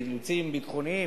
אילוצים ביטחוניים,